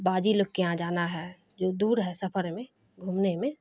باجی لوگ کے یہاں جانا ہے جو دور ہے سفر میں گھومنے میں